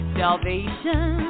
salvation